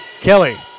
Kelly